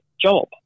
job